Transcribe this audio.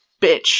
Bitch